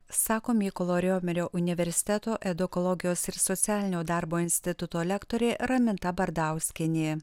sako mykolo romerio universiteto edukologijos ir socialinio darbo instituto lektorė raminta bardauskienė